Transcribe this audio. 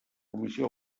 comissió